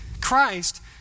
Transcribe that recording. Christ